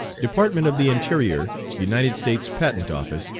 department of the interior, united states patent office,